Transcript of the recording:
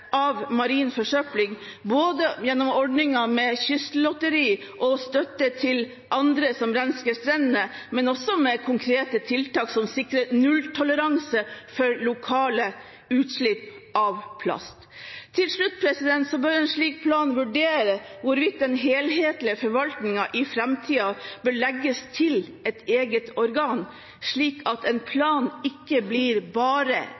kystlotteri og støtte til andre som rensker strendene, og med konkrete tiltak som sikrer nulltoleranse for lokale utslipp av plast. Til slutt: I en slik plan bør det vurderes hvorvidt den helhetlige forvaltningen i framtiden bør legges til et eget organ, slik at planen ikke bare blir